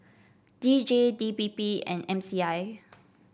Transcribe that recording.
D J D P P and M C I